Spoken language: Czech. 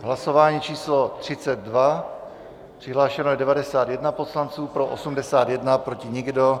Hlasování číslo 32, přihlášeno je 91 poslanců, pro 81, proti nikdo.